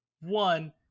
one